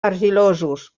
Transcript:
argilosos